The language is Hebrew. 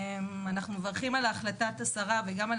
אנחנו מברכים על החלטת השרה וגם על